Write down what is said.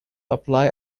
apply